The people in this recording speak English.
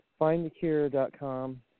FindTheCure.com